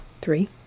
Three